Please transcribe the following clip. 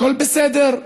הכול בסדר.